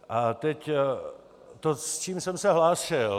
A teď to, s čím jsem se hlásil.